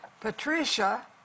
Patricia